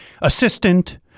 assistant